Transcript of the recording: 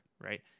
right